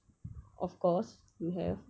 of course we have